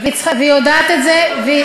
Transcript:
והיא יודעת את זה.